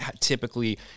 typically